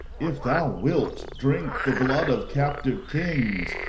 if thou wilt drink the blood of captive kings,